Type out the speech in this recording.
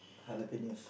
Jalepenos